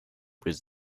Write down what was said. with